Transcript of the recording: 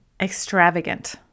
extravagant